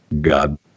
God